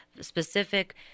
specific